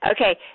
Okay